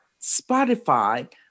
Spotify